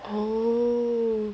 oh